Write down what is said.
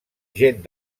gent